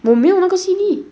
我没有那个 C_D